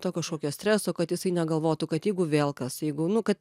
to kažkokio streso kad jisai negalvotų kad jeigu vėl kas jeigu nu kad